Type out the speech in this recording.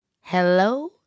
Hello